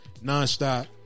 nonstop